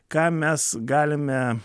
ką mes galime